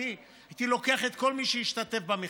הייתי לוקח את כל מי שהשתתף במכרז,